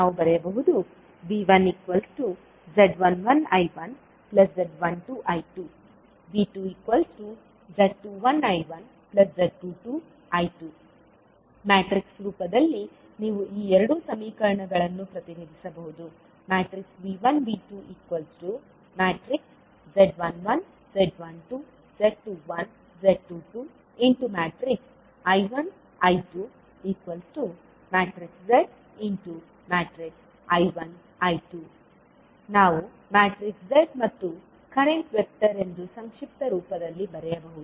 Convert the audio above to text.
ನಾವು ಬರೆಯಬಹುದು V1z11I1z12I2 V2z21I1z22I2 matrix ರೂಪದಲ್ಲಿ ನೀವು ಈ ಎರಡು ಸಮೀಕರಣಗಳನ್ನು ಪ್ರತಿನಿಧಿಸಬಹುದು V1 V2 z11 z12 z21 z22 I1 I2 zI1 I2 ನಾವು z ಮತ್ತು ಕರೆಂಟ್ ವೆಕ್ಟರ್ ಎಂದು ಸಂಕ್ಷಿಪ್ತ ರೂಪದಲ್ಲಿ ಬರೆಯಬಹುದು